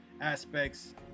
aspects